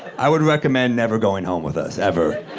i would recommend never going home with us ever.